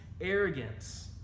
Arrogance